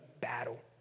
battle